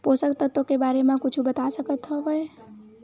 पोषक तत्व के बारे मा कुछु बता सकत हवय?